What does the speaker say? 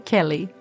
Kelly